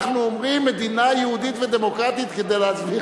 אנחנו אומרים "מדינה יהודית ודמוקרטית" כדי להסביר